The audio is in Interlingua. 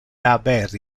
haber